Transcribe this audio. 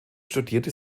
studierte